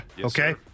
Okay